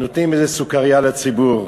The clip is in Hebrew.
נותנים איזה סוכרייה לציבור.